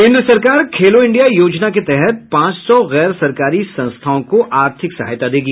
केन्द्र सरकार खेलो इंडिया योजना के तहत पांच सौ गैर सरकारी संस्थाओं को आर्थिक सहायता देगी